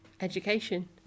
education